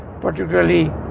particularly